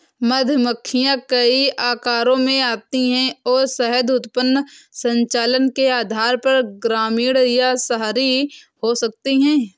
मधुमक्खियां कई आकारों में आती हैं और शहद उत्पादन संचालन के आधार पर ग्रामीण या शहरी हो सकती हैं